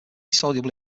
soluble